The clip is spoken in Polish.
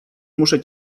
muszę